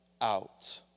out